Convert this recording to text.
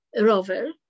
rover